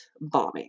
bombing